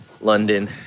London